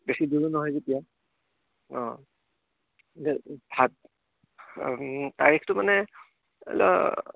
বেছি দূৰো নহয় যেতিয়া অঁ